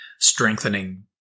strengthening